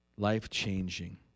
life-changing